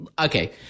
okay